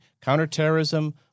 counterterrorism